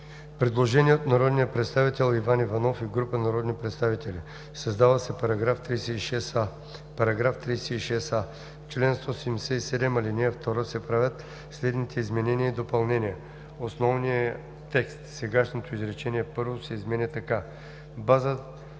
Предложение от народния представител Иван Иванов и група народни представители: „Създава се § 36а: „§ 36а. В чл. 177, ал. 2 се правят следните изменения и допълнения: 1. Основният текст (сегашно изречение първо) се изменя така: „Базата